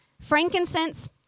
Frankincense